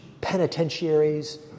penitentiaries